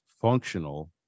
functional